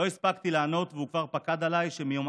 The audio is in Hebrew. לא הספקתי לענות והוא כבר פקד עליי שמיום